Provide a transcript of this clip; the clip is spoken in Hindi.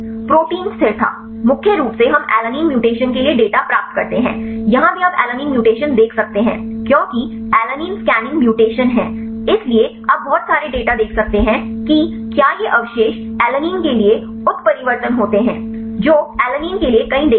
प्रोटीन स्थिरता मुख्य रूप से हम एलानिन म्यूटेशन के लिए डेटा प्राप्त करते हैं यहां भी आप एलानिन म्यूटेशन देख सकते हैं क्योंकि एलैनिन स्कैनिंग म्यूटेशन है इसलिए आप बहुत सारे डेटा देख सकते हैं कि क्या ये अवशेष एलेन के लिए उत्परिवर्तित होते हैं जो एलेनिन के लिए कई डेटा हैं